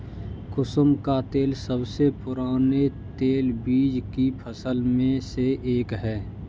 कुसुम का तेल सबसे पुराने तेलबीज की फसल में से एक है